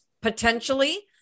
potentially